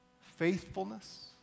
faithfulness